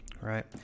right